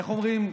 איך אומרים?